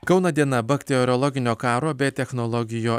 kauno diena bakteriologinio karo be technologijų